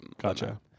Gotcha